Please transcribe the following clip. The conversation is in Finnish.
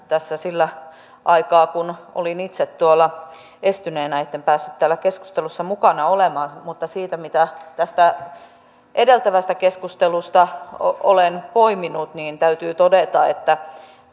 tässä sillä aikaa kun olin itse tuolla estyneenä ja en päässyt täällä keskustelussa mukana olemaan siitä mitä tästä edeltävästä keskustelusta olen poiminut täytyy todeta että